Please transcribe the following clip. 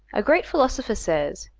a great philosopher says,